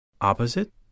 Opposite